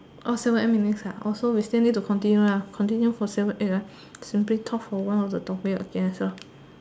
orh seven eight minute ah so we still need to continue lah continue for seven eight lah simply talk awhile for one of the topic as well so